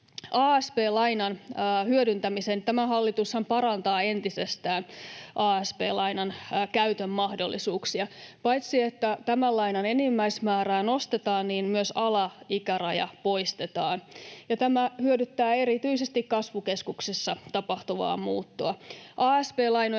asp-lainan hyödyntämiseen, tämä hallitushan parantaa entisestään asp-lainan käytön mahdollisuuksia. Paitsi että tämän lainan enimmäismäärää nostetaan, myös alaikäraja poistetaan. Tämä hyödyttää erityisesti kasvukeskuksissa tapahtuvaa muuttoa.